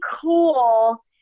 cool